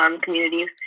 communities